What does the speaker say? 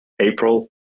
April